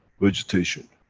vegetation.